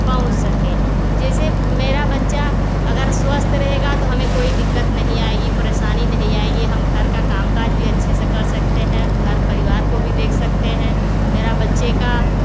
पहुँच सके जैसे मेरा बच्चा अगर स्वस्थ रहेगा तो हमें कोई दिक्कत नहीं आएगी परेशानी नहीं आएगी हम घर का कामकाज भी अच्छे से कर सकते हैं घर परिवार को भी देख सकते हैं मेरा बच्चे का